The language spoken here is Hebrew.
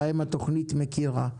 בהם התוכנית מכירה.